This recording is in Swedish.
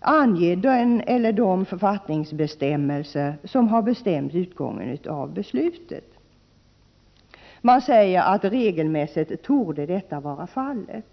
ange den eller de författningsbestämmelser som har bestämt utgången av beslutet. Utskottet säger att detta regelmässigt torde vara fallet.